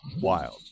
wild